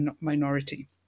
minority